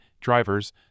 drivers